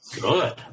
Good